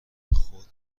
خود